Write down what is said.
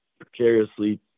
precariously